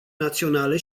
naționale